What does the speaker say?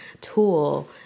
tool